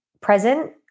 present